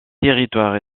territoire